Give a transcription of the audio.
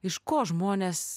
iš ko žmonės